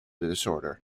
disorder